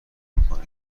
میکنه